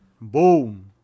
Boom